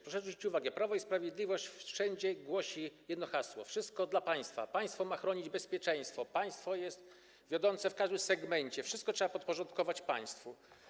Proszę zwrócić uwagę, że Prawo i Sprawiedliwość wszędzie głosi jedno hasło: wszystko dla państwa, państwo ma chronić, zapewniać bezpieczeństwo, państwo jest wiodące w każdym segmencie, wszystko trzeba podporządkować państwu.